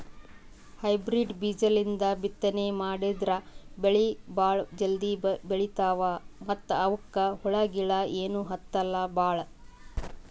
hybrid ಬೀಜಾಲಿಂದ ಬಿತ್ತನೆ ಮಾಡದ್ರ್ ಬೆಳಿ ಭಾಳ್ ಜಲ್ದಿ ಬೆಳೀತಾವ ಮತ್ತ್ ಅವಕ್ಕ್ ಹುಳಗಿಳ ಏನೂ ಹತ್ತಲ್ ಭಾಳ್